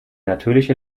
natürliche